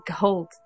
gold